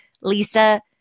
Lisa